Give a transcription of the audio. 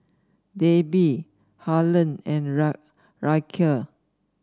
Debbie Harlen and Ryker